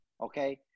okay